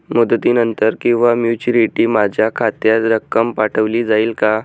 मुदतीनंतर किंवा मॅच्युरिटी माझ्या खात्यात रक्कम पाठवली जाईल का?